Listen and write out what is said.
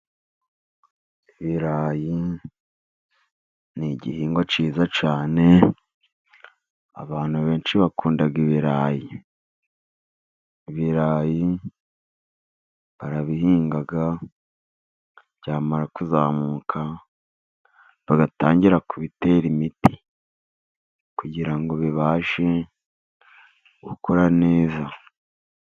Ibirayi ni igihingwa cyiza cyane. Abantu benshi bakunda ibirayi. Ibirayi barabihinga byamara kuzamuka bagatangira kubitera imiti, kugira ngo bibashe gukura neza.